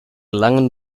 langen